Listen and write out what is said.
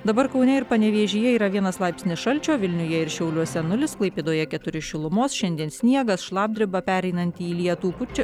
dabar kaune ir panevėžyje yra vienas laipsnis šalčio vilniuje ir šiauliuose nulis klaipėdoje keturi šilumos šiandien sniegas šlapdriba pereinanti į lietų pučia